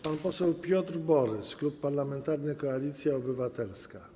Pan poseł Piotr Borys, Klub Parlamentarny Koalicja Obywatelska.